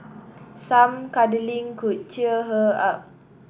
some cuddling could cheer her up